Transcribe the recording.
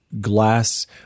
glass